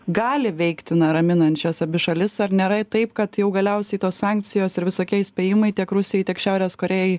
gali veikti na raminančios abi šalis ar nėra taip kad jau galiausiai tos sankcijos ir visokie įspėjimai tiek rusijai tiek šiaurės korėjai